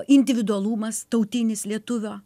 individualumas tautinis lietuvio